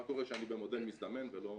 מה קורה כשאני במודל מזדמן ולא מנוהל.